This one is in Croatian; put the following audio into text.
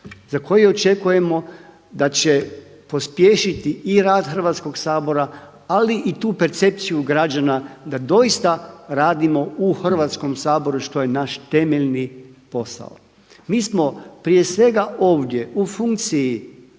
za koji očekujemo da će pospješiti i rad Hrvatskog sabora, ali i tu percepciju građana da doista radimo u Hrvatskom saboru što je naš temeljni posao. Mi smo prije svega ovdje u funkciji